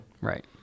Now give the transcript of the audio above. right